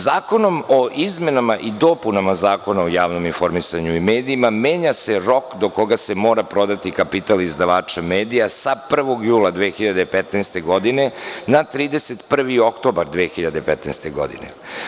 Zakonom o izmenama i dopunama Zakona o javnom informisanju i medijima menja se rok do koga se mora prodati kapital izdavača medija sa 1. jula 2015. godine na 31. oktobar 2015. godine.